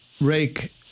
rake